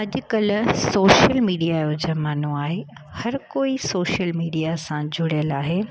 अॼुकल्ह social media जो ज़मानो आहे हर कोई सोशल मीडिया सां जुड़ियलु आहे